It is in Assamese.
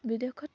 বিদেশত